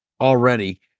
already